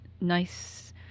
Nice